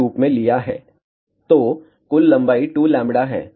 तो कुल लंबाई 2λ है